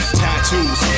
tattoos